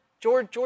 George